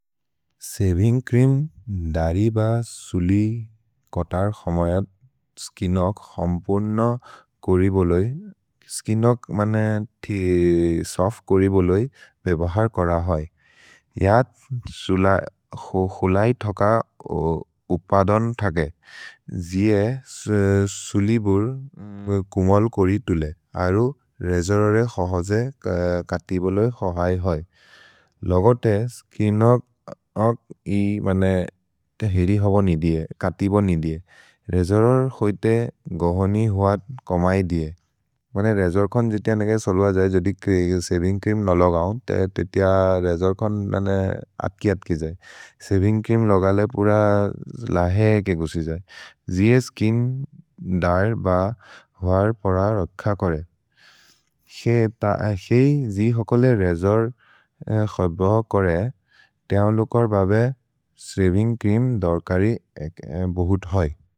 Shaving cream दरि ब सुलि कतर् खमयत् स्किन्नोक् हम्पुर्न कोरि बोलोइ, स्किन्नोक् मने थे सोफ्त् कोरि बोलोइ बेबहर् कोर होइ। इअत् क्सुलै थक उपदन् थगे, जिये सुलिबुर् कुमोल् कोरि तुले, अरु रेजोररे क्सहजे कति बोलोइ क्सहै होइ। लोगो ते स्किन्नोक् इ बने तेहेरि होबो नि दिए, कतिबो नि दिए, रेजोररे क्सहै ते गोहोनि होअत् कमयि दिए। भने रेजोर्कोन् जितिअ नेगे सोलुअ जये, जोदि सबिन्ग् क्रिम् न लोगौन्, तेते य रेजोर्कोन् नने अत्कि अत्कि जये। सबिन्ग् क्रिम् लोगले पुर लहे के गुसि जये। जिये स्किन्न् दर् ब होअर् पुर रोख कोरे। हेइ जि होकोले रेजोर् खोर्बो कोरे, तओन् लोगोर् बबे सबिन्ग् क्रिम् दोर्करि बोहुत् होइ।